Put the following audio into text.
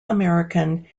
american